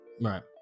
Right